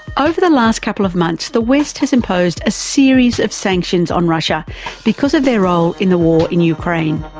over the last couple of months the west has imposed a series of sanctions on russia because of their role in the war in ukraine.